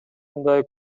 мындай